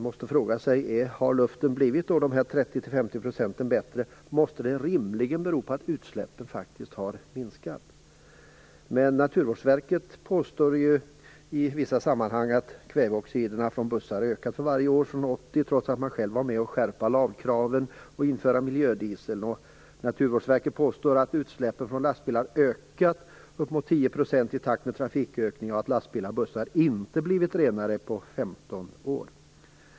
Då kan man undra: Om luften förbättrats med 30-50 %, måste det rimligen bero på att utsläppen faktiskt har minskat. Eller hur är det? Naturvårdsverket påstår i vissa sammanhang att utsläppen av kväveoxider från bussar ökat för varje år sedan 1980, trots att man själv var med om att skärpa lagkraven och införa miljödiesel. Naturvårdsverket påstår att utsläppen från lastbilar har ökat med uppemot 10 % i takt med trafikökningen och att lastbilar och bussar inte har blivit renare på 15 år.